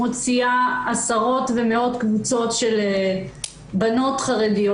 מוציאה עשרות ומאות קבוצות של בנות חרדיות.